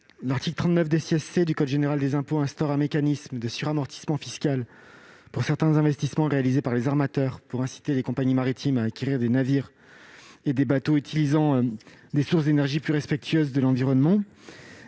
L'article 39 C du code général des impôts instaure un mécanisme de suramortissement fiscal pour certains investissements réalisés par les armateurs, afin d'inciter les compagnies maritimes à acquérir des navires utilisant des sources d'énergie plus respectueuses de l'environnement.